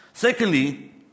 Secondly